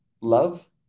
love